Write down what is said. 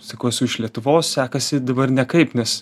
sakau esu iš lietuvos sekasi dabar nekaip nes